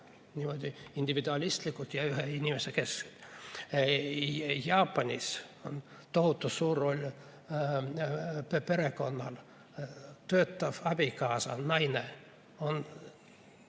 Väga individualistlikud ja ühe inimese kesksed. Jaapanis on tohutu suur roll perekonnal. Töötav abikaasa, naine, on